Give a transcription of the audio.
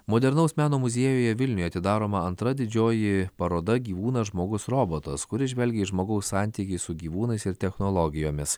modernaus meno muziejuje vilniuje atidaroma antra didžioji paroda gyvūnas žmogus robotas kuri žvelgė į žmogaus santykį su gyvūnais ir technologijomis